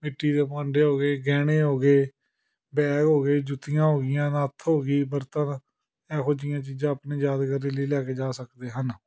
ਮਿੱਟੀ ਦੇ ਭਾਂਡੇ ਹੋ ਗਏ ਗਹਿਣੇ ਹੋ ਗਏ ਬੈਗ ਹੋ ਗਏ ਜੁੱਤੀਆਂ ਹੋ ਗਈਆਂ ਨੱਥ ਹੋ ਗਈ ਬਰਤਨ ਇਹੋ ਜਿਹੀਆਂ ਚੀਜ਼ਾਂ ਆਪਣੀ ਯਾਦਗਾਰੀ ਲਈ ਲੈ ਕੇ ਜਾ ਸਕਦੇ ਹਨ